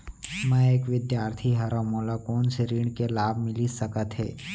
मैं एक विद्यार्थी हरव, मोला कोन से ऋण के लाभ मिलिस सकत हे?